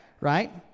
right